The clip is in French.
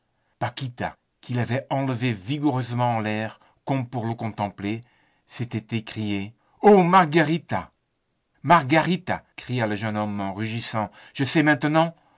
paquita qui l'avait enlevé vigoureusement en l'air comme pour le contempler s'était écriée oh mariquita mariquita cria le jeune homme en rugissant je sais maintenant